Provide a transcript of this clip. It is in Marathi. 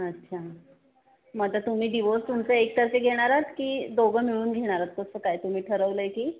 अच्छा मग आता तुम्ही डिवोस तुमचे एक सारखे घेणार आहात की दोघं मिळून घेणार आहात कसं काय तुम्ही ठरवलं आहे की